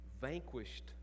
vanquished